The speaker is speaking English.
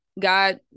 God